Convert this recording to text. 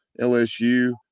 LSU